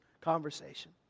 conversation